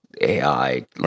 AI